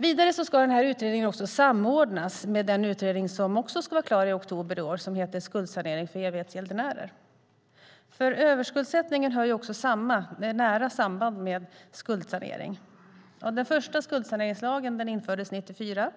Vidare ska den här utredningen samordnas med den utredning som också ska vara klar i oktober i år och som heter Skuldsanering för evighetsgäldenärer. Överskuldsättningen hör ju nära samman med skuldsanering. Den första skuldsaneringslagen infördes 1994.